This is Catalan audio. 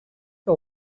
que